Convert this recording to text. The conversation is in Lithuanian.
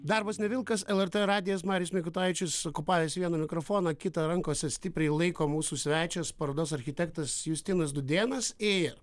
darbas ne vilkas lrt radijas marijus mikutavičius okupavęs vieną mikrofoną kitą rankose stipriai laiko mūsų svečias parodos architektas justinas dūdėnas ir